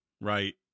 right